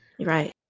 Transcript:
Right